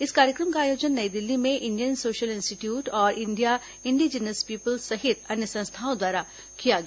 इस कार्यक्रम का आयोजन नई दिल्ली में इंडियन सोशल इंस्टीट्यूट और इंडिया इंडिजनस पीपुल्स सहित अन्य संस्थाओं द्वारा किया गया